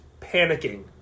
panicking